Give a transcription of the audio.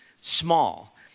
small